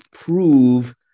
prove